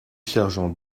sergent